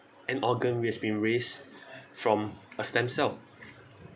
an organ which have been raised from a stem cell